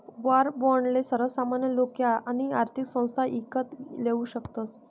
war बाॅन्डले सर्वसामान्य लोके आणि आर्थिक संस्था ईकत लेवू शकतस